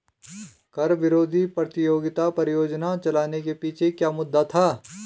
कर विरोधी प्रतियोगिता परियोजना चलाने के पीछे क्या मुद्दा था?